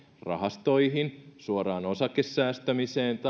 rahastoihin suoraan osakesäästämiseen tai